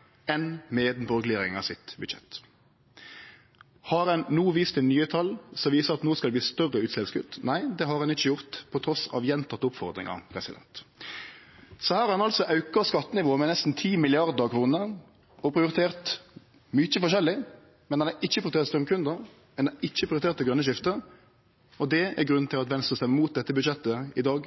nye tal som viser at det no skal verte større utsleppskutt? Nei, det har ein ikkje gjort, trass i gjentekne oppmodingar. Her har ein auka skattenivået med nesten 10 mrd. kr og prioritert mykje forskjellig, men ein har ikkje prioritert straumkundar, ein har ikkje prioritert det grøne skiftet. Det er grunnen til at Venstre stemmer mot dette budsjettet i dag.